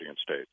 state